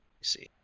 see